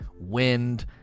wind